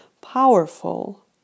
powerful